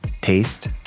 taste